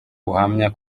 buhamya